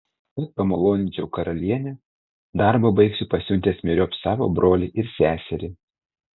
kad pamaloninčiau karalienę darbą baigsiu pasiuntęs myriop savo brolį ir seserį